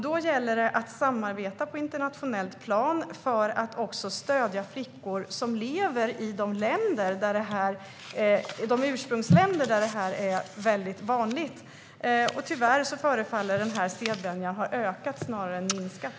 Då gäller det att samarbeta på internationellt plan för att också stödja flickor som lever i de ursprungsländer där detta är vanligt, och tyvärr förefaller denna sedvänja att ha ökat snarare än minskat.